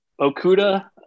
Okuda